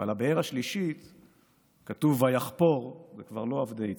ועל הבאר השלישית כתוב: "ויחפר" זה כבר לא עבדי יצחק,